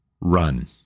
run